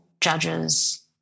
judges